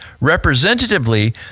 representatively